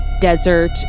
desert